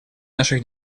наших